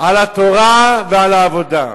על התורה ועל העבודה.